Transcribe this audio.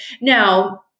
Now